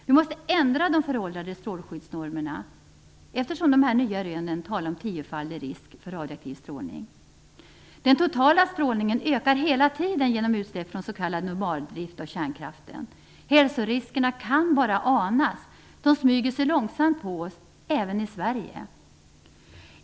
Vi måste ändra de föråldrade strålskyddsnormerna, eftersom de nya rönen talar om en tiofaldig risk för radioaktiv strålning. Den totala strålningen ökar hela tiden genom utsläpp från s.k. normaldrift av kärnkraften. Hälsoriskerna kan bara anas. De smyger sig långsamt på även oss i Sverige.